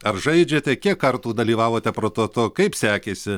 ar žaidžiate kiek kartų dalyvavote prototo kaip sekėsi